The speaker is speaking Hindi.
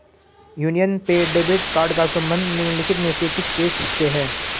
यूनियन पे डेबिट कार्ड का संबंध निम्नलिखित में से किस देश से है?